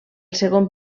segon